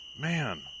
Man